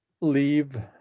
leave